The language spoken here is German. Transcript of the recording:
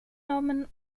genommen